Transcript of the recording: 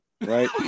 right